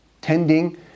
tending